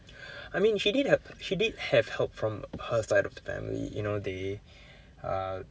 I mean she did help she did have help from her side of the family you know the uh